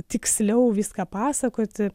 tiksliau viską pasakoti